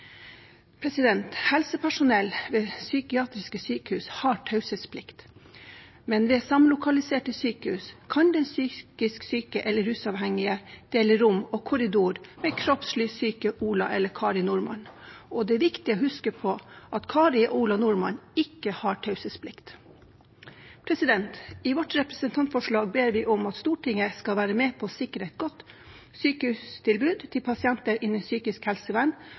Helsepersonell ved psykiatriske sykehus har taushetsplikt, men ved samlokaliserte sykehus kan de psykisk syke eller rusavhengige dele rom og korridor med kroppslig syke Ola eller Kari Nordmann, og det er viktig å huske på at Kari og Ola Nordmann ikke har taushetsplikt. I vårt representantforslag ber vi om at Stortinget skal være med på å sikre et godt sykehustilbud til pasienter innen psykisk helsevern